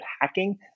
hacking